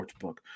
Sportsbook